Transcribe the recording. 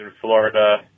Florida